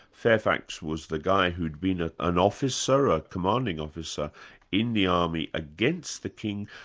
fairfax was the guy who'd been ah an officer, a commanding officer in the army against the king,